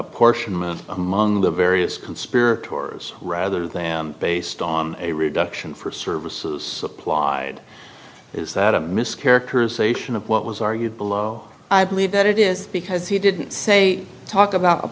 apportionment among the various conspiracy tours rather than based on a reduction for services supplied is that a mischaracterization of what was argued below i believe that it is because he didn't say talk about